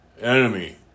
enemy